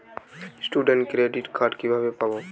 Student credit card কিভাবে পাব?